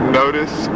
notice